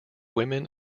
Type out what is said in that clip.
women